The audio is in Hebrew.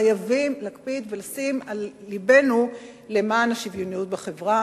חייבים להקפיד ולשים על לבנו למען השוויוניות בחברה.